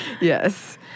Yes